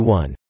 one